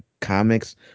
comics